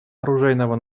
оружейного